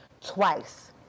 twice